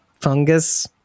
fungus